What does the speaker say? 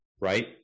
right